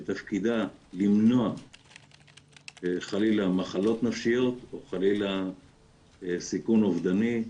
שתפקידה למנוע חלילה מחלות נפשיות או חלילה סיכון אובדני,